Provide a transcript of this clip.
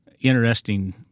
interesting